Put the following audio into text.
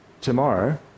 tomorrow